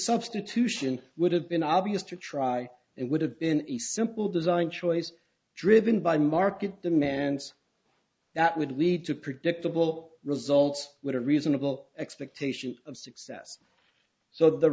substitution would have been obvious to try and would have been a simple design choice driven by market demands that would lead to predictable results would a reasonable expectation of success so the